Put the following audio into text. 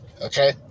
okay